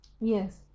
Yes